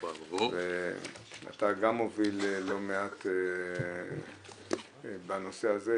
אתה מוביל לא מעט בנושא הזה,